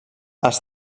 els